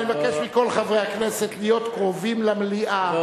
אני מבקש מכל חברי הכנסת להיות קרובים למליאה,